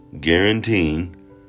guaranteeing